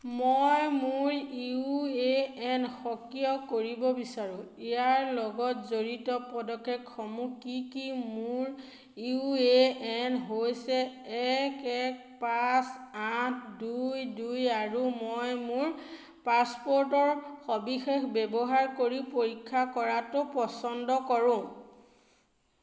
মই মোৰ U A N সক্ৰিয় কৰিব বিচাৰোঁ ইয়াৰ লগত জড়িত পদক্ষেপসমূহ কি কি মোৰ ইউ এ এন হৈছে এক এক পাঁচ আঠ দুই দুই আৰু মই মোৰ পাছপোৰ্টৰ সবিশেষ ব্যৱহাৰ কৰি পৰীক্ষা কৰাটো পচন্দ কৰোঁ